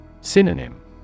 Synonym